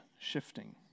shifting